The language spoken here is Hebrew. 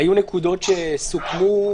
היו נקודות שסוכמו,